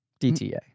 DTA